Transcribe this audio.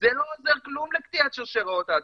זה לא עוזר כלום לקטיעת שרשראות ההדבקה,